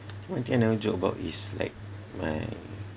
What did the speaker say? one thing is never joke about is like my